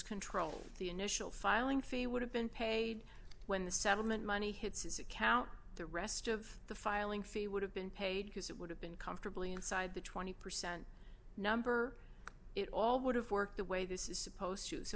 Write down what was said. control the initial filing fee would have been paid when the settlement money hits as a cow the rest of the filing fee would have been paid because it would have been comfortably inside the twenty percent number it all would have worked the way this is supposed to so